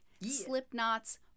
Slipknot's